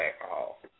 alcohol